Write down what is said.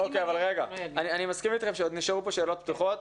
אני מסכים אתכם שנשארו כאן שאלות פתוחות.